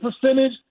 percentage